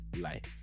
life